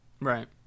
Right